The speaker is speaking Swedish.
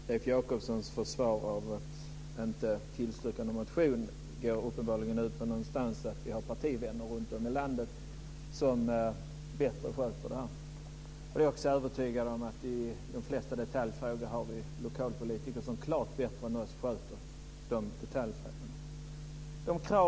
Fru talman! Leif Jakobssons försvar för att inte tillstyrka några motioner går uppenbarligen någonstans ut på att vi har partivänner runtom i landet som sköter detta bättre. Även jag är övertygad om att vi i de flesta detaljfrågor har lokalpolitiker som sköter frågorna klart bättre än vad vi gör.